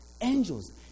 angels